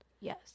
Yes